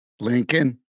Lincoln